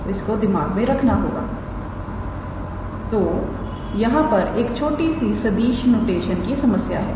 तो इसको दिमाग में रखना होगा तो यहां पर एक छोटी सी सदिश नोटेशन की समस्या है